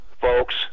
folks